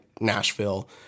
Nashville